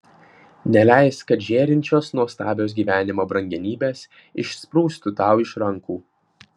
neleisk kad žėrinčios nuostabios gyvenimo brangenybės išsprūstų tau iš rankų